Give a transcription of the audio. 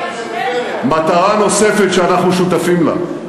מטרה נוספת שאנחנו שותפים לה: